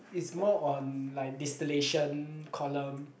is more on like distillation column